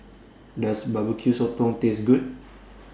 Does Barbeque Sotong Taste Good